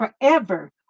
forever